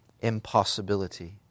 impossibility